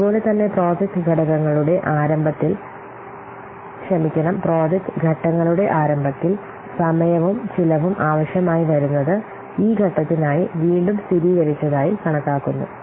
അതുപോലെ തന്നെ പ്രോജക്റ്റ് ഘട്ടങ്ങളുടെ ആരംഭത്തിൽ സമയവും ചെലവും ആവശ്യമായി വരുന്നത് ഈ ഘട്ടത്തിനായി വീണ്ടും സ്ഥിരീകരിച്ചതായി കണക്കാക്കുന്നു